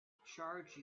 charge